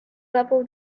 level